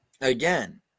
Again